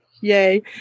Yay